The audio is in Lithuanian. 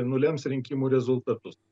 nulems rinkimų rezultatus